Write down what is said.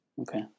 okay